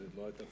שלא היתה צריכה,